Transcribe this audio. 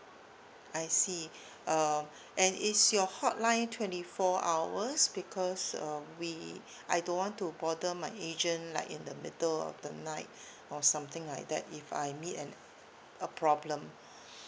I see um and is your hotline twenty four hours because um we I don't want to bother my agent like in the middle of the night or something like that if I need an a problem